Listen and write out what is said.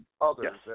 others